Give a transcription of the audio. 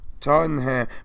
Tottenham